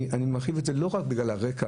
אני מרחיב את זה לא רק בגלל הרקע.